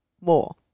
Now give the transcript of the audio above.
more